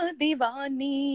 divani